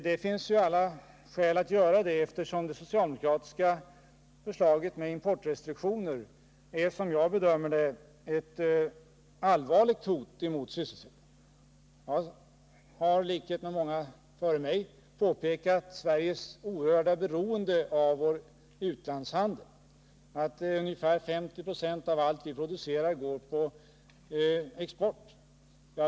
Det finns ju alla skäl att göra det eftersom det socialdemokratiska förslaget med importrestriktioner som jag bedömer det är ett allvarligt hot mot sysselsättningen. Jag har i likhet med många före mig påtalat Sveriges mycket stora beroende av vår utlandshandel. Ungefär 50 96 av allt vad vi producerar går på export.